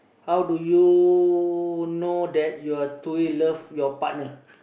how do you know that you're truly love your partner